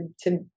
to-